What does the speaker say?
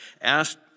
asked